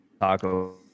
Taco